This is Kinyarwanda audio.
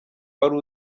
wari